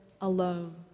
alone